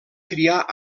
criar